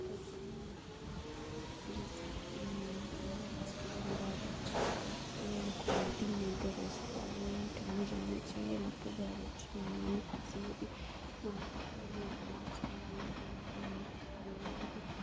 رہتے ہیں جیسے کہ وہ ریسٹورینٹ بہت اچھا ہے گومتی نگر ریسٹورینٹ ہمیں جانا چاہیے وہاں پر بہت اچھی مہمان نوازی ہوتی ہے وہاں پر ہمیں جانا چاہیے وہاں پہ ہم لوگ